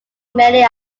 mailing